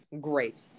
great